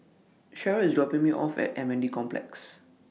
Cherrelle IS dropping Me off At M N D Complex